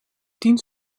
tien